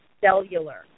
cellular